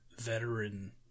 veteran